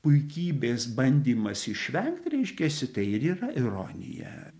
puikybės bandymas išvengt reiškiasi tai ir yra ironija